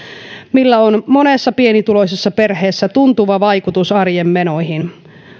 millä on monessa pienituloisessa perheessä tuntuva vaikutus arjen menoihin